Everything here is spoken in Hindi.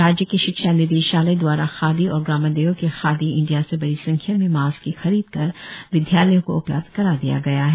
राज्य के शिक्षा निदेशालय द्वारा खादी और ग्रामोद्योग के खादी इंडिया से बड़ी संख्या में मास्क की खरीद कर विदयालयों को उपलब्ध करा दिया गया है